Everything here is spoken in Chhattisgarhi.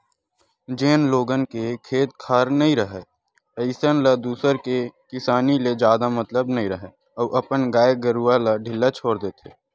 जेन लोगन के खेत खार नइ राहय अइसन ल दूसर के किसानी ले जादा मतलब नइ राहय अउ अपन गाय गरूवा ल ढ़िल्ला छोर देथे